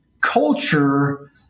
Culture